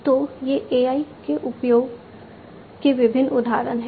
तो ये AI के उपयोग के विभिन्न उदाहरण हैं